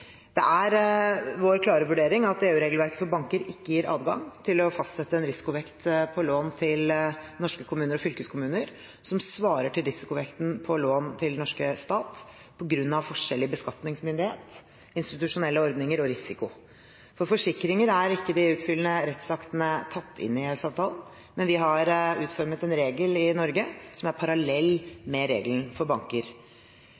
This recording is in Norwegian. Det er vår klare vurdering at EU-regelverket for banker ikke gir adgang til å fastsette en risikovekt på lån til norske kommuner og fylkeskommuner som svarer til risikovekten på lån til den norske stat, på grunn av forskjell i beskatningsmyndighet, institusjonelle ordninger og risiko. For forsikringer er ikke de utfyllende rettsaktene tatt inn i EØS-avtalen, men vi har utformet en regel i Norge som er